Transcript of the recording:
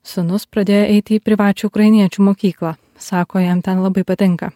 sūnus pradėjo eiti į privačią ukrainiečių mokyklą sako jam ten labai patinka